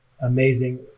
amazing